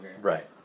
Right